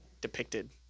depicted